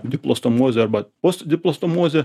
diplostomozė arba postdiplostomozė